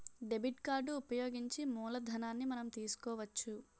debit card ఉపయోగించి మూలధనాన్ని మనం తీసుకోవచ్చు